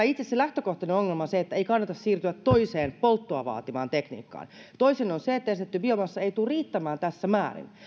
itse se lähtökohtainen ongelma on se ettei kannata siirtyä toiseen polttoa vaativaan tekniikkaan toinen on se että esitetty biomassa ei tule riittämään tässä määrin